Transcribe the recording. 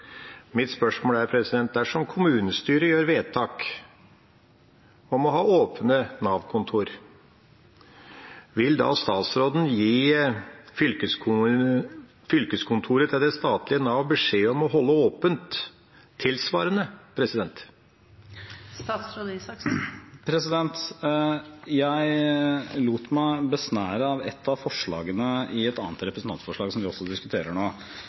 Mitt spørsmål er: Dersom kommunestyret gjør vedtak om å ha åpne Nav-kontor, vil da statsråden gi fylkeskontoret til det statlige Nav beskjed om å holde åpent, tilsvarende? Jeg lot meg besnære av et av forslagene i et annet representantforslag som vi også diskuterer nå,